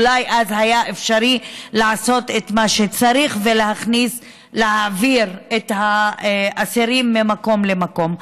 אולי אז היה אפשרי לעשות את מה שצריך ולהעביר את האסירים ממקום למקום.